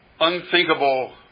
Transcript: unthinkable